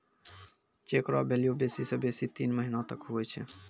cheque रो भेल्यू बेसी से बेसी तीन महीना तक हुवै छै